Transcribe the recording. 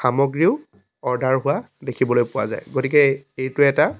সামগ্ৰীও অৰ্ডাৰ হোৱা দেখিবলৈ পোৱা যায় গতিকে এইটো এটা